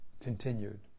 continued